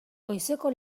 goizeko